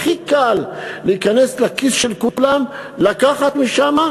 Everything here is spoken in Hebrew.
הכי קל להיכנס לכיס של כולם, לקחת משם,